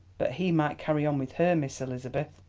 but he might carry on with her, miss elizabeth.